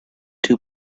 two